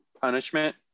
punishment